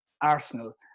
Arsenal